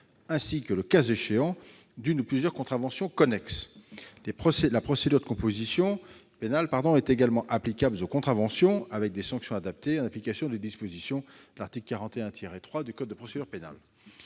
ainsi que, le cas échéant, d'une ou plusieurs contraventions connexes. La procédure de composition pénale est également applicable aux contraventions, avec des sanctions adaptées, en application des dispositions de l'article 41-3 du code de procédure pénale.